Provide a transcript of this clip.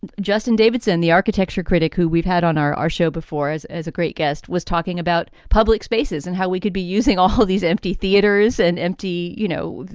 justin davidson, the architecture critic who we've had on our our show before, is a great guest, was talking about public spaces and how we could be using all these empty theatres and empty, you know,